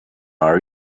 are